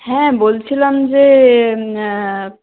হ্যাঁ বলছিলাম যে